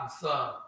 son